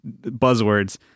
buzzwords